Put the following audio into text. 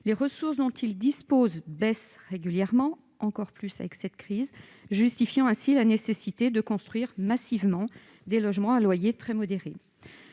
les ressources dont ils disposent baissent régulièrement, encore plus avec cette crise, justifiant ainsi la construction massive de logements à loyer très modéré.